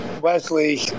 Wesley